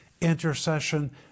intercession